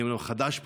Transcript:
אני אומנם חדש פה,